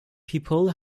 people